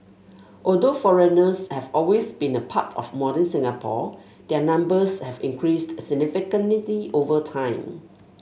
although foreigners have always been a part of modern Singapore their numbers have increased significantly over time